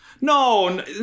No